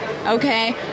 okay